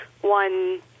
one